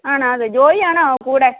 ആണോ അതെ ജോയിയാണോ കൂടെ